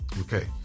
Okay